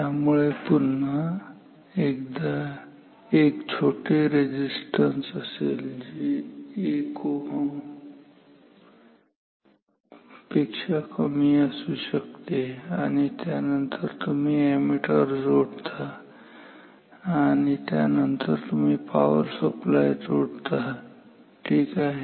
त्यामुळे हे पुन्हा एकदा एक छोटे रेझिस्टन्स असेल जे 1 Ω पेक्षा कमी असू शकते आणि त्यानंतर तुम्ही अॅमीटर जोडता आणि त्यानंतर तुम्ही पावर सप्लाय जोडता ठीक आहे